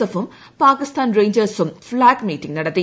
എഫും പാകിസ്ഥാൻ റെയ്ഞ്ചേഴ്സും flag meeting നടത്തി